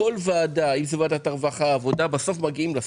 בכל ועדה אם זו ועדת הרווחה והעבודה בסוף מגיעים לספורט.